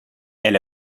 elle